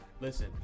listen